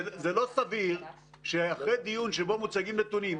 זה לא סביר שאחרי דיון שבו מוצגים נתונים,